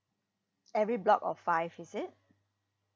every block of five is it